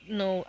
no